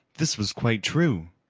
this was quite true.